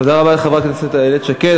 תודה רבה לחברת הכנסת איילת שקד.